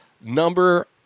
Number